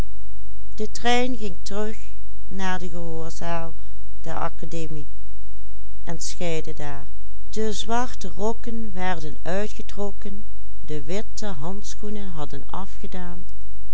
uitgetrokken de witte handschoenen hadden afgedaan